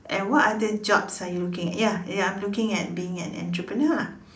and what other jobs are you looking at ya ya I'm looking at being an entrepreneur lah